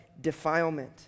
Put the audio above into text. defilement